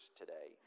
today